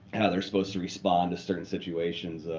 how they're supposed to respond to certain situations.